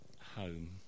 home